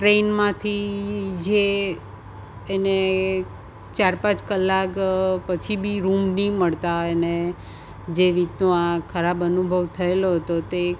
ટ્રેનમાંથી જે એને ચાર પાંચ કલાક પછી બી રૂમ નહીં મળતા એને જે રીતનો આ ખરાબ અનુભવ થએલો હતો તે